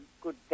good